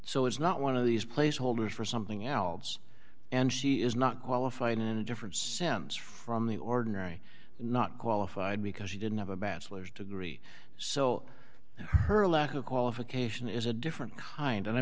so is not one of these placeholders for something else and she is not qualified in a different sense from the ordinary not qualified because she didn't have a bachelor's degree so her lack of qualification is a different kind and i'm